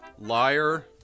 Liar